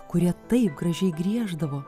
kurie taip gražiai grieždavo